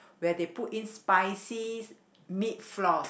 where they put in spicy meat floss